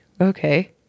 okay